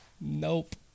Nope